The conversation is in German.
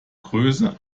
größe